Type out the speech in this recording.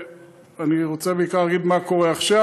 ואני רוצה בעיקר להגיד מה קורה עכשיו.